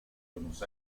buenos